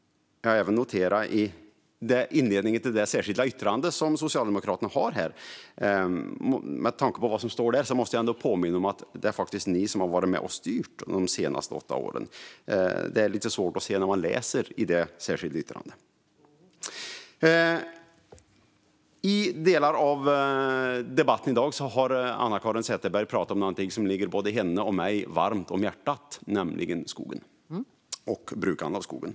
Med tanke på vad som står i inledningen till Socialdemokraternas särskilda yttrande måste jag ändå påminna om att det faktiskt är ni som varit med och styrt de senaste åtta åren. Det är lite svårt att se när man läser i det särskilda yttrandet. I delar av debatten i dag har Anna-Caren Sätherberg pratat om något som ligger både henne och mig varmt om hjärtat, nämligen skogen och brukandet av skogen.